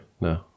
no